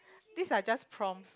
these are just prompt